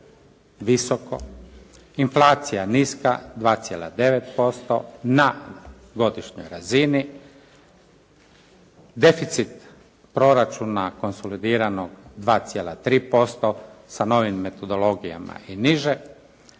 visoko, inflacija niska 2,9% na godišnjoj razini, deficit proračuna konsolidiranog 2,3% sa novim metodologijama i niže